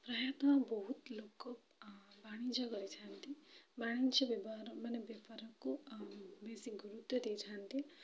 ପ୍ରାୟତଃ ବହୁତ ଲୋକ ବାଣିଜ୍ୟ କରିଥାନ୍ତି ବାଣିଜ୍ୟ ବ୍ୟବହାର ମାନେ ବେପାରକୁ ବେଶୀ ଗୁରୁତ୍ୱ ଦେଇଥାନ୍ତି